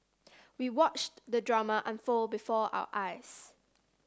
we watched the drama unfold before our eyes